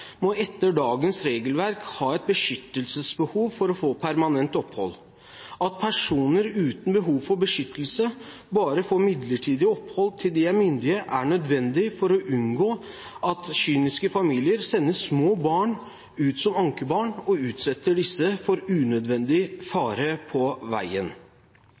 må etter dagens regelverk ha et beskyttelsesbehov for å få permanent opphold. At personer uten behov for beskyttelse bare får midlertidig opphold til de er myndige, er nødvendig for å unngå at kyniske familier sender små barn ut som ankerbarn og utsetter disse for unødvendig fare på veien.